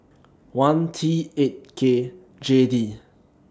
one T eight K J D